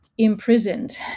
imprisoned